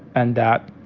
and that